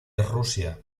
rusia